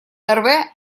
эрве